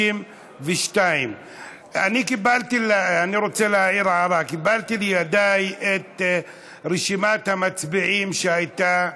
52. אני רוצה להעיר הערה: קיבלתי לידיי את רשימת המצביעים שהייתה,